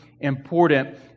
important